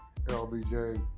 LBJ